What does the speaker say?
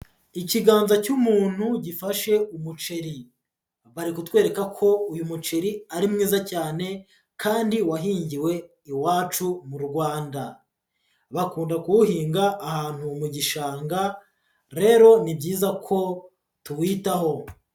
Ikiganza cy'umuntu gifashe umuceri, bari kutwereka ko uyu muceri ari mwiza cyane, kandi wahingiwe iwacu mu Rwanda, bakunda kuwuhinga ahantu mu gishanga, rero ni byiza ko tuwitaho.